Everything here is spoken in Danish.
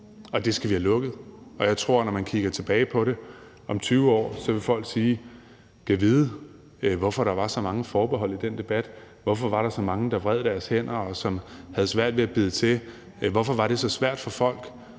Det skal vi have lukket, og jeg tror, at når man kigger tilbage på det om 20 år, vil folk sige: Gad vide, hvorfor der var så mange forbehold i den debat. Hvorfor var der så mange, der vred deres hænder og havde svært ved at bide til? Hvorfor var det så svært for folk